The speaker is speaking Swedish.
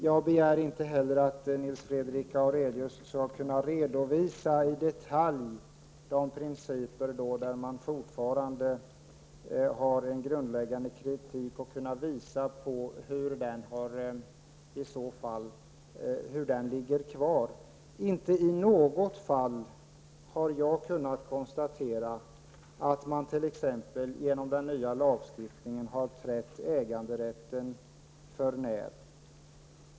Jag begär inte heller att Nils Fredrik Aurelius i detalj skall kunna redovisa de principer som man fortfarande riktar en grundläggande kritik mot och varför så är fallet. Inte i något fall har jag kunnat konstatera att man t.ex. genom den nya lagstiftningen har trätt äganderätten för när.